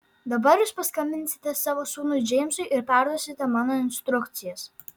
dabar jūs paskambinsite savo sūnui džeimsui ir perduosite mano instrukcijas